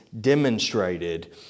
demonstrated